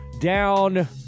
down